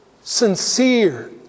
sincere